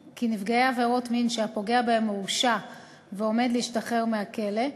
שהפוגע בהן הורשע ועומד להשתחרר מהכלא,